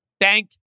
Thank